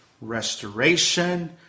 restoration